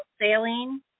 sailing